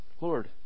Lord